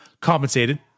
compensated